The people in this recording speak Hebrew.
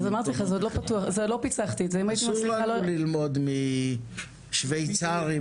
אסור לנו ללמוד משוויצרים,